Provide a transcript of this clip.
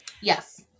Yes